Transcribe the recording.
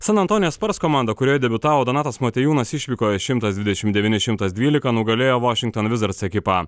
san antonijo spars komanda kurioje debiutavo donatas motiejūnas išvykoje šimtas dvidešim devyni šimtas dvylika nugalėjo vošington vizards ekipą